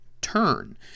turn